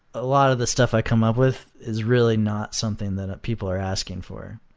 a lot of the stuff i come up with is really not something that people are asking for.